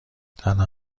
تنها